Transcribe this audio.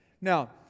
Now